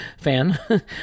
fan